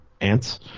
ants